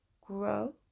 grow